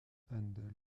haendel